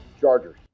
Chargers